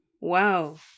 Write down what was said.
Wow